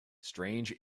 strange